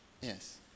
Yes